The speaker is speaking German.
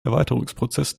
erweiterungsprozess